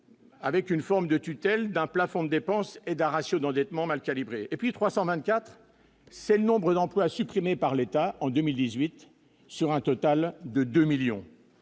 Avec une forme de tutelle d'un plafond dépense et d'un ratio d'endettement mal calibré et puis 324 c'est le nombre d'emplois supprimés par l'État en 2018 sur un total de 2 millions